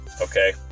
Okay